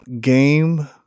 game